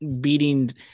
beating